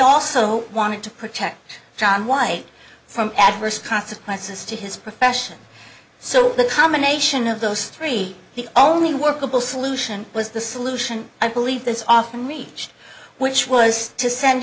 also wanted to protect john white from adverse consequences to his profession so the combination of those three the only workable solution was the solution i believe that's often reached which was to send